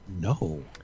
No